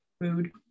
food